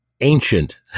ancient